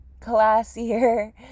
classier